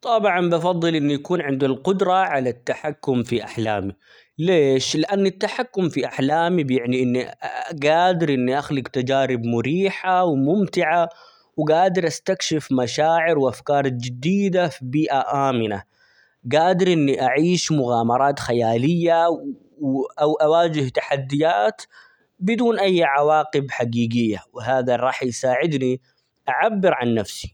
طبعا بفضل إنه يكون عندي القدرة على التحكم في أحلامي ليش؟ لأن التحكم في أحلامي بيعني إني - ق- قادر إني أخلق تجارب مريحة ،وممتعة، وقادر استكشف مشاعر ،وأفكار جديدة في بيئة آمنة ، قادر إنى أعيش مغامرات خيالية -و- أو أواجه تحديات بدون أي عواقب حقيقية ،وهذا راح يساعدني أعبر عن نفسي.